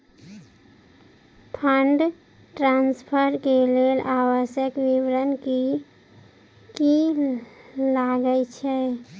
Fund transfer केँ लेल आवश्यक विवरण की की लागै छै?